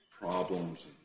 problems